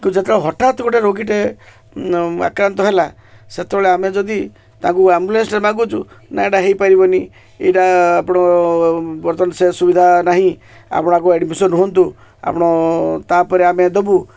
କିନ୍ତୁ ଯେତେବେଳେ ହଠାତ୍ ଗୋଟେ ରୋଗୀଟେ ଆକ୍ରାନ୍ତ ହେଲା ସେତେବେଳେ ଆମେ ଯଦି ତାଙ୍କୁ ଆମ୍ବୁଲାନ୍ସରେେ ମାଗୁଛୁ ନା ଏଇଟା ହୋଇପାରିବନି ଏଇଟା ଆପଣ ବର୍ତ୍ତମାନ ସେ ସୁବିଧା ନାହିଁ ଆପଣକୁ ଆଡମିସନ ଆଗ ହୁଅନ୍ତୁ ଆପଣ ତାପରେ ଆମେ ଦେବୁ